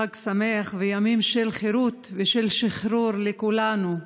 חג שמח וימים של חירות ושל שחרור לכולנו: